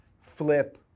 flip